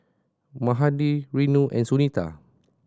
Mahade Renu and Sunita